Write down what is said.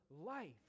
life